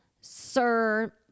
sir